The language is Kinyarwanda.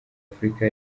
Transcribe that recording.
afurika